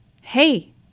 hey